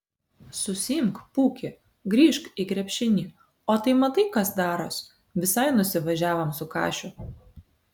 susiimk pūki grįžk į krepšinį o tai matai kas daros visai nusivažiavom su kašiu